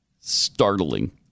Startling